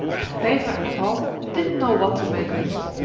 and peter and paul didn't know what to make of it.